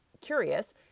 curious